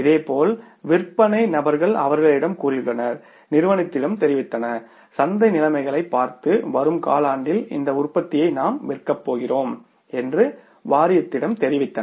இதேபோல் விற்பனை நபர்கள் அவர்களிடம் கூறியுள்ளனர் நிறுவனத்திடம் தெரிவித்தனர் சந்தை நிலைமைகளைப் பார்த்து வரும் காலாண்டில் இந்த உற்பத்தியை நாம் விற்கப்போகிறோம் என்று வாரியத்திடம் தெரிவித்தனர்